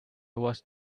was